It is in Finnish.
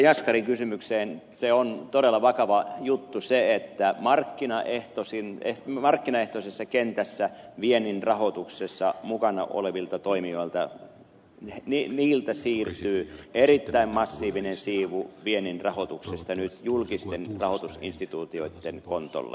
jaskarin kysymykseen on todella vakava juttu se että markkinaehtoisessa kentässä viennin rahoituksessa mukana olevilta toimijoilta siirtyy erittäin massiivinen siivu viennin rahoituksesta nyt julkisten rahoitusinstituutioitten kontolle